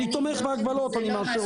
אני תומך בהגבלות, אני מאשר אותן.